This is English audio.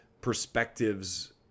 perspectives